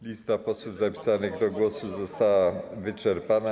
Lista posłów zapisanych do głosu została wyczerpana.